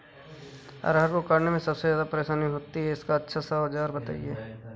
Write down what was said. अरहर को काटने में सबसे ज्यादा परेशानी होती है इसका अच्छा सा औजार बताएं?